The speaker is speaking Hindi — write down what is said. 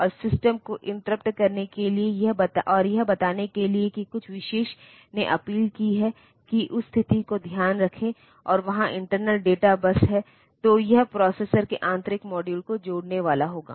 तो इस इंस्ट्रक्शन में ऐसा कुछ भी नहीं बताया गया है लेकिन इसका मतलब यह है कि रजिस्टर बी को रजिस्टर ए के मूल्य में जोड़ा जाएगा